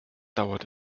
dauert